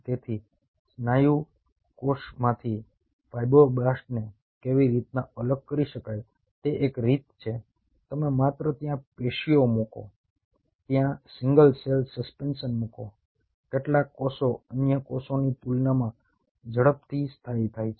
તેથી સ્નાયુ કોષમાંથી ફાઇબ્રોબ્લાસ્ટને કેવી રીતે અલગ કરી શકાય તે એક રીત છે તમે માત્ર ત્યાં પેશીઓ મૂકો ત્યાં સિંગલ સેલ સસ્પેન્શન મૂકો કેટલાક કોષો અન્ય કોષોની તુલનામાં ઝડપથી સ્થાયી થાય છે